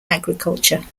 agriculture